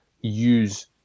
use